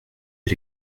est